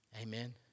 Amen